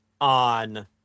on